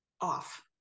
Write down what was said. off